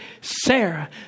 Sarah